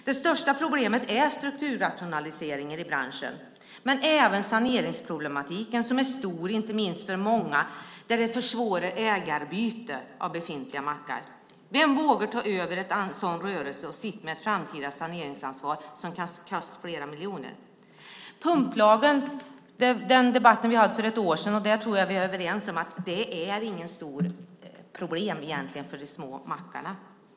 Det största problemet är strukturrationaliseringen i branschen, men även saneringsproblematiken är stor, inte minst för att det försvårar ägarbyte av befintliga mackar. Vem vågar ta över en sådan rörelse och sitta med ett framtida saneringsansvar som kan kosta flera miljoner? Pumplagen hade vi en debatt om för ett år sedan. Jag tror att vi är överens om att det inte är något stort problem egentligen för de små mackarna.